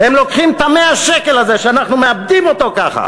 הן לוקחות את שטר 100 השקל הזה שאנחנו מאבדים אותו ככה